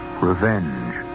revenge